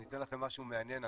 אני אתן לכם משהו מעניין.